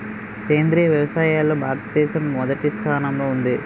సేంద్రీయ వ్యవసాయంలో భారతదేశం మొదటి స్థానంలో ఉంది